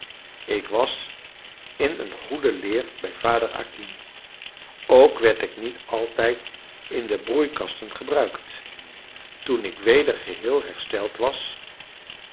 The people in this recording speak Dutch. ik was in een goede leer bij vader acquin ook werd ik niet altijd in de broeikasten gebruikt toen ik weder geheel hersteld was